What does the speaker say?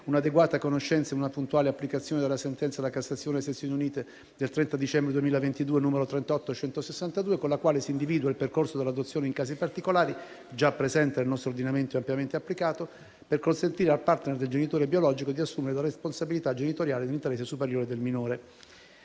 un'adeguata conoscenza e una puntuale applicazione della sentenza della Cassazione, a sezioni unite, del 30 dicembre 2022, n. 38162, con la quale si individua il percorso dell'adozione in casi particolari, già presente nel nostro ordinamento e ampiamente applicato, per consentire al *partner* del genitore biologico di assumere la responsabilità genitoriale nell'interesse superiore del minore».